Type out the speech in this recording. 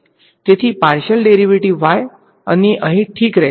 તેથી partial derivatives y અને અહીં ઠીક રહેશે